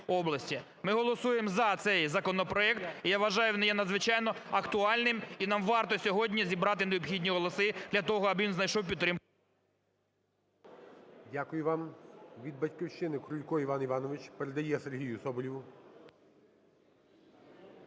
Ми голосуємо за цей законопроект, і я вважаю, він є надзвичайно актуальним, і нам варто сьогодні зібрати необхідні голоси для того, аби він знайшов підтримку… ГОЛОВУЮЧИЙ. Дякую вам. Від "Батьківщина" Крулько Іван Іванович. Передає Сергію Соболєву.